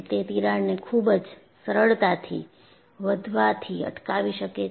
તે તિરાડને ખુબ જ સરળતાથી વધવાથી અટકાવે શકે છે